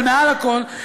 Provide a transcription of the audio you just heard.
אבל מעל הכול,